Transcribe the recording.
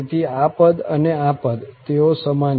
તેથી આ પદ અને આ પદ તેઓ સમાન છે